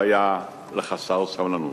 הוא היה לחסר סבלנות.